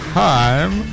time